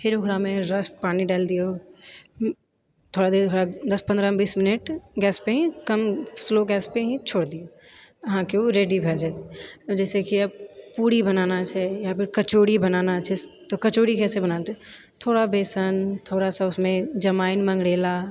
फिर ओकरामे रस पानि डालि दियौ थोड़ा देर ओकरा दस पन्द्रह बीस मिनट गैसपर ही कम स्लो गैसपर ही छोड़ि दियौ अहाँके ओ रेडी भए जायत जैसे कि आब पूरी बनाना छै या फेर कचौड़ी बनाना छै तऽ कचौड़ी कैसे बनाना तऽ थोड़ा बेसन थोड़ा सा उसमे जमाइन मंगरैला